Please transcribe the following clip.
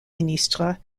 ministre